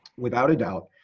without a doubt,